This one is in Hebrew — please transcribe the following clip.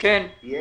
יש